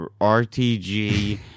RTG